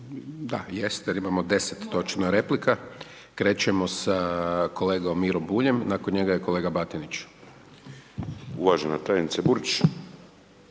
Da, jeste, imamo deset točno replika. Krećemo sa kolegom Miro Buljem, nakon njega je kolega Batinić. **Bulj, Miro